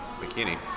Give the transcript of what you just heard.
Bikini